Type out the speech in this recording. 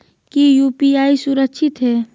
की यू.पी.आई सुरक्षित है?